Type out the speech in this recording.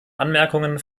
anmerkungen